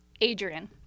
Adrian